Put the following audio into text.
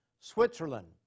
Switzerland